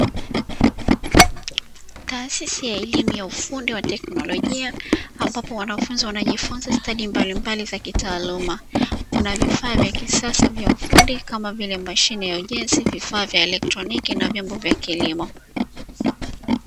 Taasisi ya elimu ya ufundi wa teknolojia, ambapo wanafunzi wanajifunza stadi mbalimbali za kitaaluma, kuna vifaa vya kisasa vya ufundi kama vile mashine ya ujenzi, vifaa vya eletroniki na vyombo vya kilimo.